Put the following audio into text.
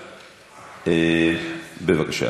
בבקשה.